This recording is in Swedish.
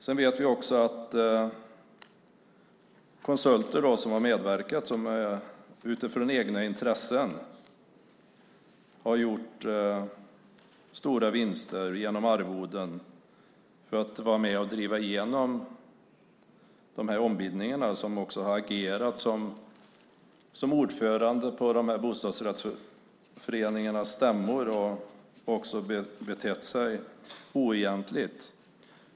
Vi vet också att konsulter som har medverkat utifrån egna intressen har gjort stora vinster genom arvoden för att vara med och driva igenom ombildningar. De har också agerat som ordförande på bostadsrättsföreningarnas stämmor och betett sig oegentligt.